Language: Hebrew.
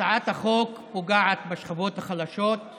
הצעת החוק פוגעת בשכבות החלשות,